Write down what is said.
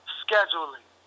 scheduling